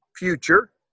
future